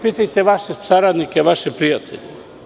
Pitajte vaše saradnike, vaše prijatelje.